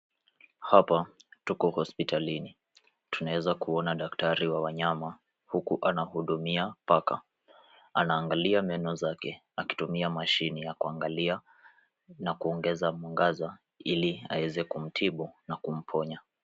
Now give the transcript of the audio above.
Hapa tuko hospitalini tunaweza kuona daktari wa wanyama huku anahudumia paka anaangalia meno zake akitumia mashini ya kuangalia na kuongeza kukaza iliaweze kumtibu na kumponya.